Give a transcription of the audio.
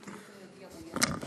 גברתי יושבת-ראש הכנסת,